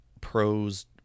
pros